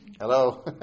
Hello